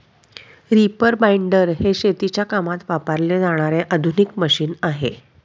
reaper binder हे शेतीच्या कामात वापरले जाणारे आधुनिक मशीन आहे